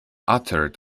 uttered